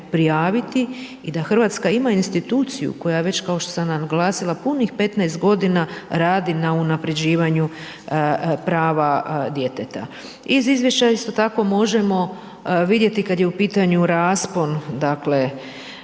prijaviti i da Hrvatska ima instituciju, koja već, kao što sam naglasila punih 15 g. radi na unapređivanju prava djeteta. Iz izvješća isto tako možemo vidjeti kada je u pitanju raspon, dakle,